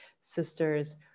sisters